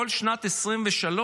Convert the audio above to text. כל שנת 2023,